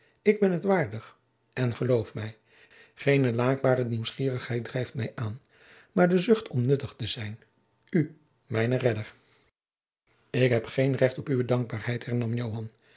ik ben het waardig en geloof mij geene laakbare nieuwsgierigheid drijft mij aan maar de zucht om u nuttig te zijn u mijnen redder ik heb geen recht op uwe dankbaarheid